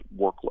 workload